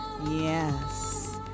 Yes